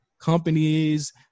companies